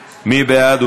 בעד?